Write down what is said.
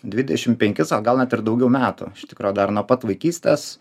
dvidešimt penkis o gal net ir daugiau metų iš tikro gal nuo pat vaikystės